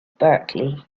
berklee